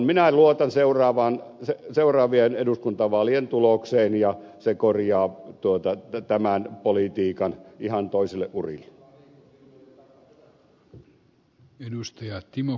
minä luotan seuraavien eduskuntavaalien tulokseen ja se korjaa tämän politiikan ihan toisille urille